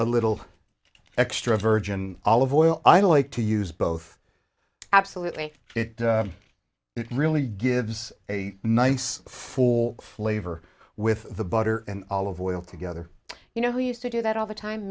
a little extra virgin olive oil i don't like to use both absolutely it it really gives a nice for flavor with the butter and all of oil together you know who used to do that all the time